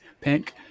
pink